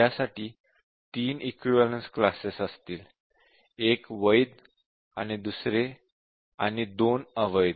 यासाठी तीन equivalence classes असतील 1 वैध आणि 2 अवैध